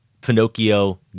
Pinocchio